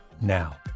now